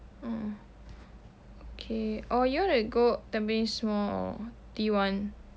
mm okay or you want to go tampines mall or T one